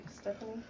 Stephanie